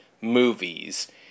movies